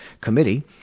Committee